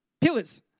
pillars